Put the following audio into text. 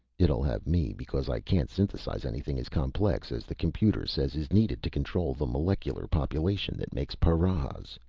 it'll have me. because i can't synthesize anything as complex as the computer says is needed to control the molecular population that makes paras!